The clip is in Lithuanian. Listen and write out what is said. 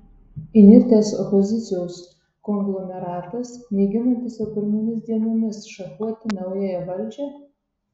įnirtęs opozicijos konglomeratas mėginantis jau pirmomis dienomis šachuoti naująją valdžią